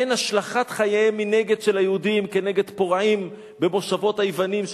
הן השלכת חייהם מנגד של היהודים כנגד פורעים במושבות היוונים,